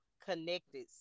connected